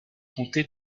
comté